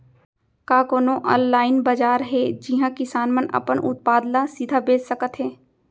का कोनो अनलाइन बाजार हे जिहा किसान मन अपन उत्पाद ला सीधा बेच सकत हे?